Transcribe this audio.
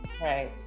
Right